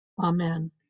Amen